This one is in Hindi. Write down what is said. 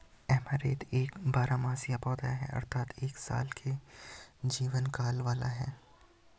ऐमारैंथ एक बारहमासी पौधा है अर्थात एक साल के जीवन काल वाला है